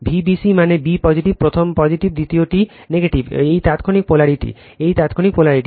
Vbc মানে b positive প্রথম positive দ্বিতীয়টি নেগেটিভ এই তাৎক্ষণিক পোলারিটি এই তাত্ক্ষণিক পোলারিটি